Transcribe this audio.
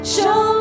Show